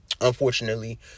Unfortunately